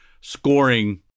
scoring